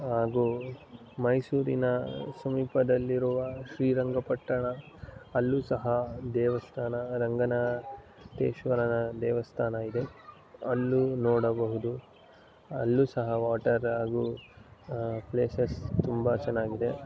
ಹಾಗೂ ಮೈಸೂರಿನ ಸಮೀಪದಲ್ಲಿರುವ ಶ್ರೀರಂಗಪಟ್ಟಣ ಅಲ್ಲೂ ಸಹ ದೇವಸ್ಥಾನ ರಂಗನಾಥೇಶ್ವರನ ದೇವಸ್ಥಾನ ಇದೆ ಅಲ್ಲೂ ನೋಡಬಹುದು ಅಲ್ಲೂ ಸಹ ವಾಟರ್ ಹಾಗೂ ಪ್ಲೇಸಸ್ ತುಂಬ ಚೆನ್ನಾಗಿದೆ